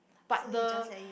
but the